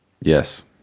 Yes